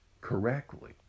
correctly